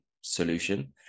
solution